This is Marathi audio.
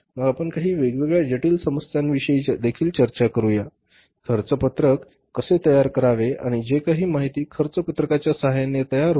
मग आपण काही वेगवेगळ्या जटिल समस्यांविषयी देखील चर्चा करूया खर्च पत्रक कसे तयार करावे आणि जे काही माहिती खर्च पत्रकाच्या साहाय्याने तयार होते